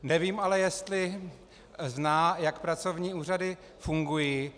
Nevím ale jestli zná, jak pracovní úřady fungují.